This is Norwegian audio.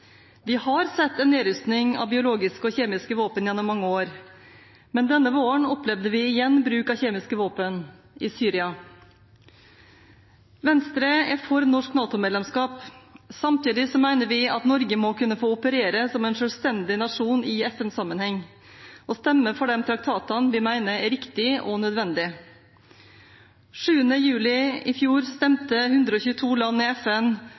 Vi har sett en nedrustning av biologiske og kjemiske våpen gjennom mange år, men denne våren opplevde vi igjen bruk av kjemiske våpen i Syria. Venstre er for norsk NATO-medlemskap. Samtidig mener vi at Norge må kunne få operere som en selvstendig nasjon i FN-sammenheng og stemme for de traktatene vi mener er riktige og nødvendige. 7. juli i fjor stemte 122 land i FN